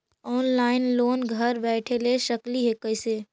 Online loan घर बैठे ले सकली हे, कैसे?